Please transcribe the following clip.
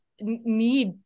need